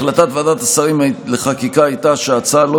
החלטת ועדת השרים לחקיקה הייתה שההצעה לא